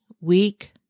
week